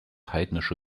heidnische